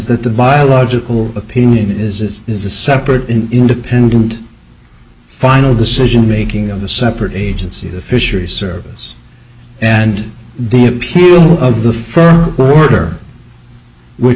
that the biological opinion is this is a separate independent final decision making of the separate agency the fisheries service and the appeal of the first order which